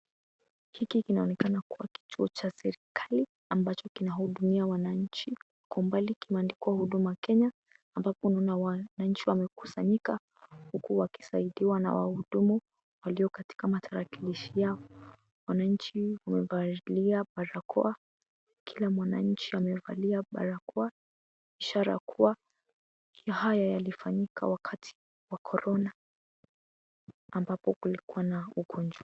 Hiki kinaonekana kuwa kituo cha serikali ambacho kinahudumia wananchi kwa umbali kimeandikwa Huduma Kenya abapo kuna wananchi wamekusanyika huku wakisaidiwa na wahudumu walio katika matarakilishi yao. Wananchi wamevalia barakoa ishara kuwa haya yalifanyika wakati wa corona ambapo kulikuwa na ugonjwa.